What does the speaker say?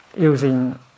Using